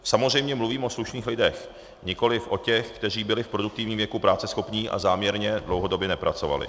Samozřejmě mluvím o slušných lidech, nikoli o těch, kteří byli v produktivním věku práceschopní a záměrně dlouhodobě nepracovali.